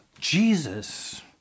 Jesus